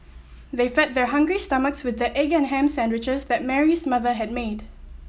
they fed their hungry stomachs with the egg and ham sandwiches that Mary's mother had made